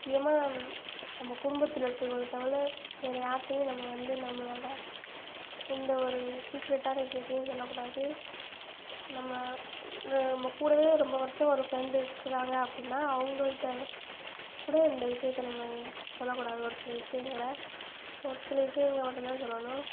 முக்கியமாக நம் நம்ம குடும்பத்தில் இருக்கவங்களை தவிர வேறு யார்கிட்டையும் நம்ம வந்து நம்மளோட எந்த ஒரு சீக்ரெட்டான விஷயத்தையும் சொல்லக்கூடாது நம்ம நம்ம கூடவே ரொம்ப வருஷம் ஒரு ஃப்ரெண்ட்டு இருக்கிறாங்க அப்படினா அவங்கள்கிட்ட கூட இந்த விஷயத்தை நம்ம சொல்ல கூடாது ஒரு சில விஷயங்களை ஒரு சில விஷயங்களை மட்டும்தான் சொல்லணும்